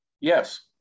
Yes